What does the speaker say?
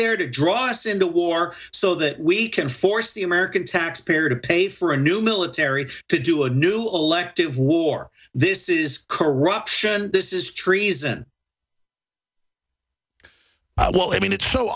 there to draw us into war so that we can force the american taxpayer to pay for a new military to do a new elective war this is corruption this is treason well i mean it's so